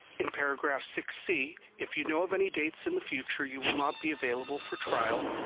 in paragraph six c, if you know of any dates in the future you will not be available for trial,